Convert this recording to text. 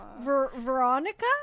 Veronica